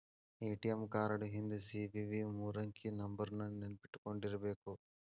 ATM card ಹಿಂದ್ CVV ಮೂರಂಕಿ ನಂಬರ್ನ ನೆನ್ಪಿಟ್ಕೊಂಡಿರ್ಬೇಕು